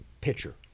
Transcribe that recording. pitcher